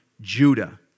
Judah